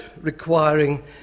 requiring